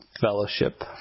Fellowship